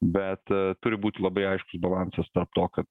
bet turi būti labai aiškus balansas tarp to kad